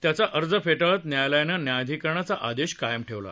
त्याचा अर्ज फेटाळत न्यायालयानं न्यायाधिकरणाचा आदेश कायम ठेवला